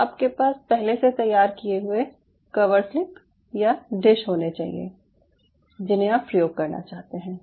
अब आपके पास पहले से तैयार किये हुए कवरस्लिप या डिश होने चाहिए जिन्हें आप प्रयोग करना चाहते हैं